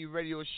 Radio